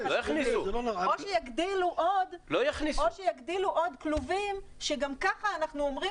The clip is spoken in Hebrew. או שיגדילו עוד כלובים שגם ככה אנחנו אומרים